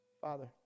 father